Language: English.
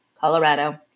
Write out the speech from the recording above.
Colorado